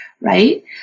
right